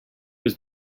was